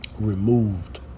removed